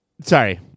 Sorry